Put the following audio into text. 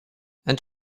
and